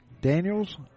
Daniels